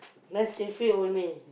Nescafe only